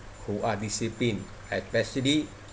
who are disciplined especially